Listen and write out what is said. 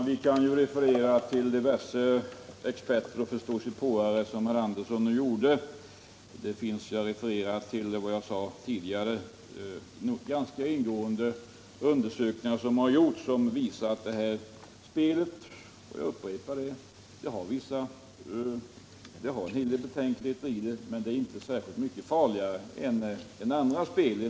Herr talman! Vi kan referera till diverse experter och förståsigpåare som herr Andersson nu gjorde. Jag hänvisade tidigare till ganska ingående undersökningar som visat att det här spelet inger vissa betänkligheter men att det inte är särskilt mycket farligare än andra sorters spel.